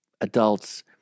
adults